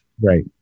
Right